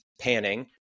panning